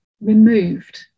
removed